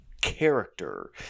character